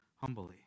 humbly